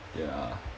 ya